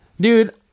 dude